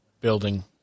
building